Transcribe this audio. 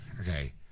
Okay